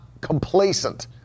complacent